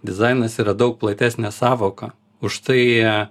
dizainas yra daug platesnė sąvoka už tai